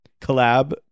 Collab